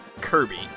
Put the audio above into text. Kirby